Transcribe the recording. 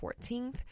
14th